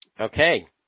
okay